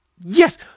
yes